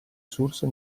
source